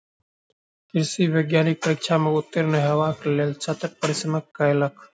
कृषि वैज्ञानिक परीक्षा में उत्तीर्ण हेबाक लेल छात्र परिश्रम कयलक